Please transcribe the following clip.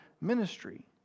ministry